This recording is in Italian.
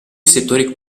settori